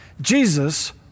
Jesus